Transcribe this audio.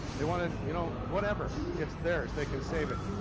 they want to you know whatever. it's theirs they can save it.